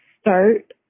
start